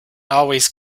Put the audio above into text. always